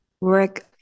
Work